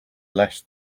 less